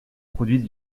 produite